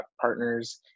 partners